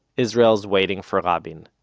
israel's waiting for rabin